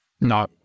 No